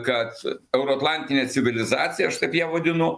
kad euroatlantinė civilizacija aš taip ją vadinu